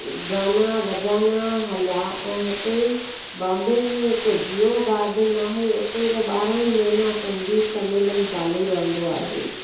गाना बजाना हलिया ऐं हिते बाम्बे में हिकु जियो गार्डन आहे उते त ॿारहां ई महीना संगीत सम्मेलन चालू रहंदो आहे